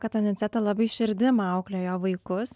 kad aniceta labai širdim auklėjo vaikus